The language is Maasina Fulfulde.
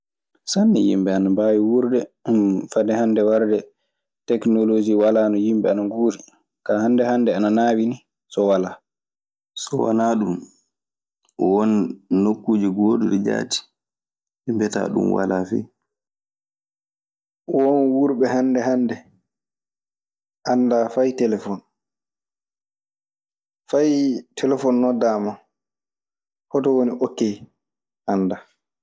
Sanne yimɓe ana mbaawi wuurde. fade hannde warde teknolosii walaano yimɓe ana nguuri. kaa hannde hannde ana naawi nii so walaa. So wanaa ɗun, won nokkuuje gooduɗe jaati ɗi mbiyataa ɗun walaa fey. Won wuurɓe hannde hannde, anndaa fay telefon. Fay telefon noddaama, hoto woni okkee, anndaa.